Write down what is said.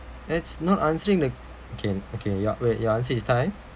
that's not answering the can okay yup wait your answer is time